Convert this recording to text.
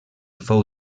fou